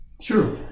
Sure